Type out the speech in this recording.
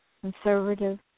conservative